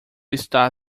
está